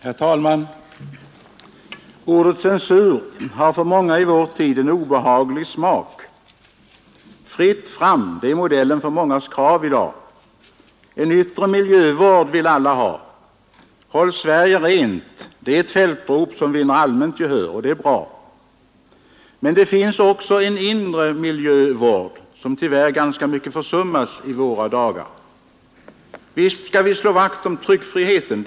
Herr talman! Ordet censur har för många i vår tid en obehaglig smak. ”Fritt fram” är modellen för mångas krav i dag. En yttre miljövård vill alla ha. ”Håll Sverige rent” är ett fältrop som vinner allmänt gehör, och det är bra. Men det finns också en inre miljövård, som tyvärr ganska mycket försummas i våra dagar. Visst skall vi slå vakt om tryckfriheten.